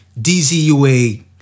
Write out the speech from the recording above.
DZUA